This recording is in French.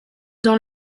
dans